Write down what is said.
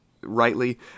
rightly